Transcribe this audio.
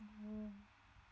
mmhmm